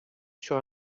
sur